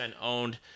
owned